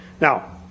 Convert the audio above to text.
Now